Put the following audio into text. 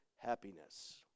happiness